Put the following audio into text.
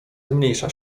zmniejsza